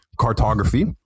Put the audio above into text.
cartography